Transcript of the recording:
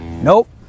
Nope